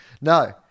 No